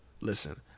Listen